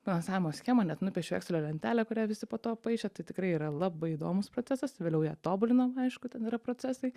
finansavimo schemą net nupiešiau ekselio lentelę kurią visi po to paišė tai tikrai yra labai įdomus procesas vėliau ją tobulinau aišku ten yra procesai